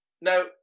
now